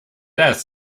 death